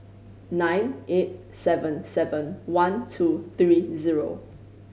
nine eight seven seven one two three zero